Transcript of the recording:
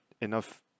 enough